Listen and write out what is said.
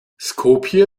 skopje